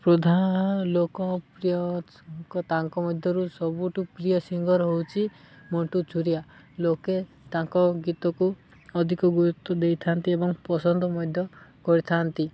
ପ୍ରଧାନ ଲୋକ ପ୍ରିୟଙ୍କ ତାଙ୍କ ମଧ୍ୟରୁ ସବୁଠୁ ପ୍ରିୟ ସିଙ୍ଗର୍ ହେଉଛି ମଣ୍ଟୁ ଚୁରିଆ ଲୋକେ ତାଙ୍କ ଗୀତକୁ ଅଧିକ ଗୁରୁତ୍ୱ ଦେଇଥାନ୍ତି ଏବଂ ପସନ୍ଦ ମଧ୍ୟ କରିଥାନ୍ତି